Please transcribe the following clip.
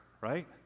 right